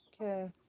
Okay